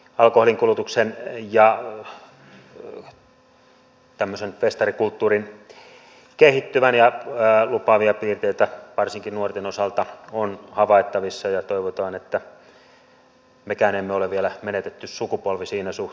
toivoisi alkoholinkulutuksen ja tämmöisen festarikulttuurin kehittyvän ja lupaavia piirteitä varsinkin nuorten osalta on havaittavissa ja toivotaan että mekään emme ole vielä menetetty sukupolvi siinä suhteessa